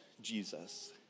Jesus